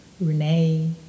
renee